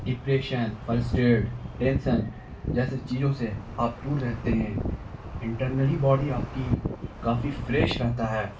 depression frustrated tension جیسے چیزوں سے آپ دور رہتے ہیں انٹرنلی باڈی آپ کی کافی فریش رہتا ہے